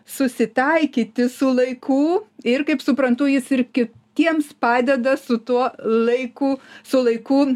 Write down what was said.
susitaikyti su laiku ir kaip suprantu jis ir kitiems padeda su tuo laiku su laiku